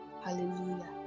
hallelujah